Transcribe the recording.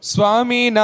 Swami